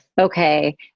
okay